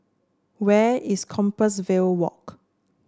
where is Compassvale Walk